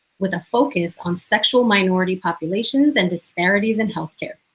with a focus on sexual minority populations and disparities in healthcare.